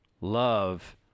love